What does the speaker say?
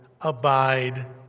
abide